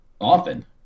often